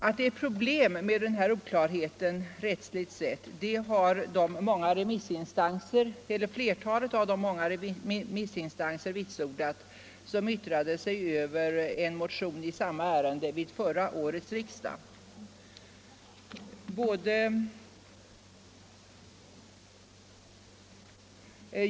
Att den här oklarheten rättsligt sett vållar problem har flertalet av de många remissinstanser vitsordat som yttrade sig över en motion i samma ärende vid förra årets riksdag.